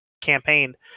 campaign